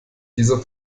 diese